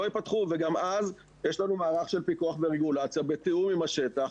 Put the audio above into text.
לא ייפתחו וגם אז יש לנו מערך של פיקוח ורגולציה בתיאום עם השטח.